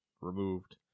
removed